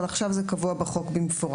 עם זאת, עכשיו זה קבוע בחוק במפורש.